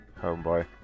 homeboy